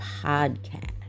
podcast